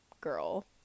girl